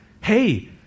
hey